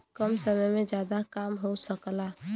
कम समय में जादा काम हो सकला